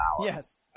yes